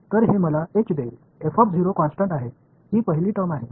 तर हे मला एच देईल कॉन्स्टन्ट आहे ही पहिली टर्म आहे